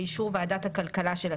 באישור ועדת הכלכלה של הכנסת.